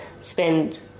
spend